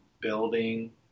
building